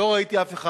לא ראיתי אף אחד.